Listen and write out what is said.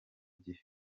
gihe